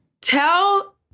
Tell